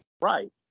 Right